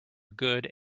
good